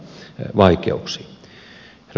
herra puhemies